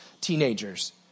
teenagers